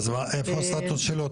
איפה הסטטוס שלו?